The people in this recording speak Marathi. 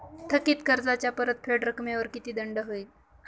थकीत कर्जाच्या परतफेड रकमेवर किती दंड होईल?